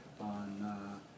on